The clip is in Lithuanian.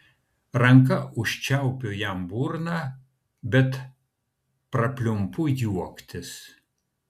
ranka užčiaupiu jam burną bet prapliumpu juoktis